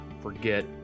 forget